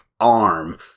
arm